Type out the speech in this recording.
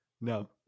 No